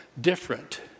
different